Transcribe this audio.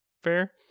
fair